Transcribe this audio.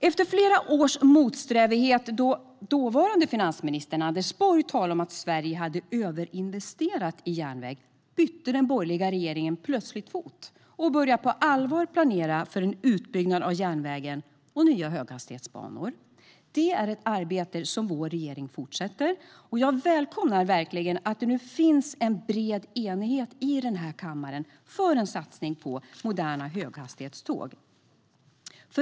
Efter flera års motsträvighet, då dåvarande finansminister Anders Borg talade om att Sverige hade överinvesterat i järnväg, bytte den borgerliga regeringen plötsligt fot och började på allvar planera för en utbyggnad av järnvägen och nya höghastighetsbanor. Det är ett arbete som vår regering fortsätter. Jag välkomnar verkligen att det nu finns en bred enighet i kammaren om en satsning på moderna höghastighetståg.